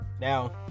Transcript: Now